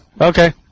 Okay